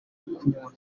kunywa